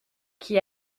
qui